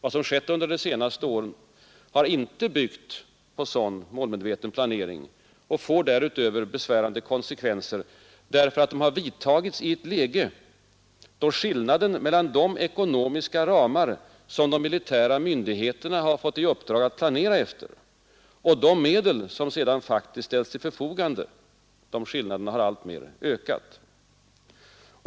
Vad som skett under de senaste åren har inte byggt på sådan målmedveten planering och får därutöver besvärande konsekvenser, därför att de vidtagits i ett läge då skillnaden mellan de ekonomiska ramar som de militära myndigheterna får i uppdrag att planera efter och de medel som sedan faktiskt ställts till förfogande alltmer har ökat.